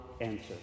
answer